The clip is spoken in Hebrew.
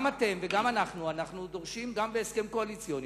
גם אתם וגם אנחנו דורשים גם בהסכם קואליציוני